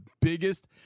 biggest